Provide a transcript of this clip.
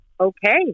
okay